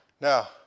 Now